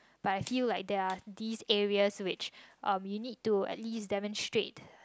but I feel like there are these areas which um you need to at least demonstrate